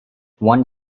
one